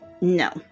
No